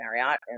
Marriott